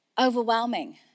overwhelming